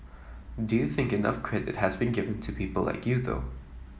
do you think enough credit has been given to people like you though